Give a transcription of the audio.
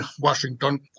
Washington